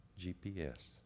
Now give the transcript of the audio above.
GPS